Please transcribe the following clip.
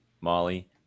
molly